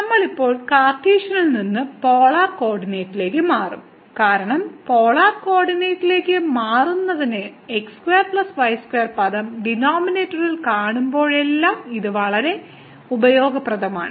നമ്മൾ ഇപ്പോൾ കാർട്ടീഷ്യനിൽ നിന്ന് പോളാർ കോർഡിനേറ്റിലേക്ക് മാറും കാരണം പോളാർ കോർഡിനേറ്റിലേക്ക് മാറുന്നതിനേക്കാൾ പദം ഡിനോമിനേറ്ററിൽ കാണുമ്പോഴെല്ലാം ഇത് വളരെ ഉപയോഗപ്രദമാണ്